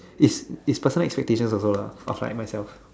it's it's personal expectation also lah like of myself